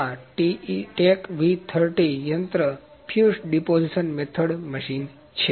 તેથી આ TECH V30 યંત્ર ફ્યુઝડ ડિપોઝિસન મેથડ મશીન છે